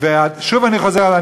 אז ניתן לו עוד דקה.